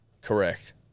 Correct